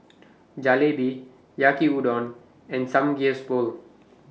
Jalebi Yaki Udon and Samgyeopsal